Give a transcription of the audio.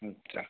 अच्छा